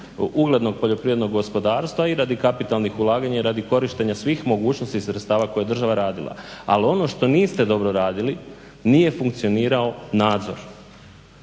uglednog poljoprivrednog gospodarstva i radi kapitalnih ulaganja i radi korištenja svih mogućnosti sredstava koje država radila. Ali ono što niste dobro radili, nije funkcionirao nadzor.